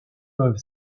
peuvent